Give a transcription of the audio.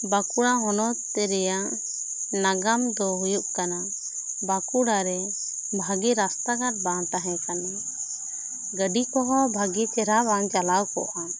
ᱵᱟᱸᱠᱩᱲᱟ ᱦᱚᱱᱚᱛ ᱨᱮᱭᱟᱜ ᱱᱟᱜᱟᱢ ᱫᱚ ᱦᱩᱭᱩᱜ ᱠᱟᱱᱟ ᱵᱟᱸᱠᱩᱲᱟ ᱨᱮ ᱵᱷᱟᱜᱮ ᱨᱟᱥᱛᱟ ᱵᱟᱝ ᱛᱟᱦᱮᱸ ᱠᱟᱱᱟ ᱜᱟᱹᱰᱤ ᱠᱚᱦᱚᱸ ᱵᱷᱟᱹᱜᱤ ᱪᱮᱨᱦᱟ ᱵᱟᱝ ᱪᱟᱞᱟᱣ ᱠᱚᱜᱼᱟ